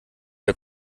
der